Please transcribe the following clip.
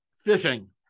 fishing